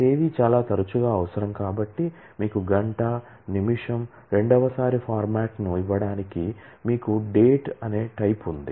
తేదీ చాలా తరచుగా అవసరం కాబట్టి మీకు గంట నిమిషం రెండవసారి ఫార్మాట్ ని ఇవ్వడానికి మీకు డేట్ టైప్ ఉంది